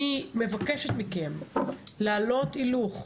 אני מבקשת מכם לעלות הילוך,